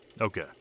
Okay